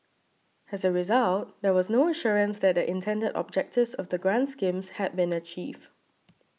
as a result there was no assurance that the intended objectives of the grant schemes had been achieved